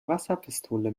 wasserpistole